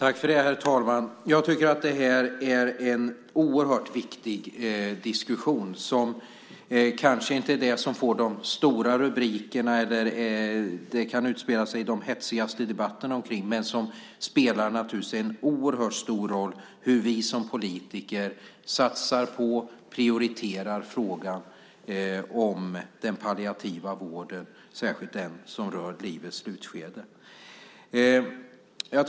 Herr talman! Jag tycker att detta är en oerhört viktig diskussion. Det kanske inte är det som får de stora rubrikerna eller som det utspelar sig de hetsigaste debatterna om. Men det spelar naturligtvis en oerhört stor roll hur vi som politiker satsar på och prioriterar frågan om den palliativa vården, särskilt den i livets slutskede.